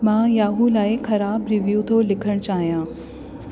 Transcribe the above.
मां याहू लाइ ख़राब रिव्यू थो लिखण चाहियां